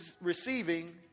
receiving